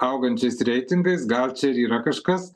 augančiais reitingais gal čia ir yra kažkas